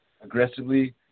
aggressively